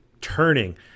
turning